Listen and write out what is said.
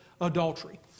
adultery